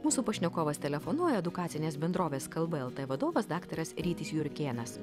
mūsų pašnekovas telefonu edukacinės bendrovės kalba lt vadovas daktaras rytis jurkėnas